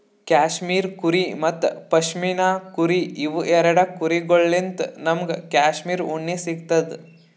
cashmere ಕುರಿ ಮತ್ತ್ ಪಶ್ಮಿನಾ ಕುರಿ ಇವ್ ಎರಡ ಕುರಿಗೊಳ್ಳಿನ್ತ್ ನಮ್ಗ್ ಕ್ಯಾಶ್ಮೀರ್ ಉಣ್ಣಿ ಸಿಗ್ತದ್